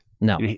No